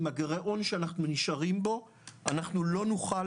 עם הגירעון שאנחנו נשארים בו אנחנו לא נוכל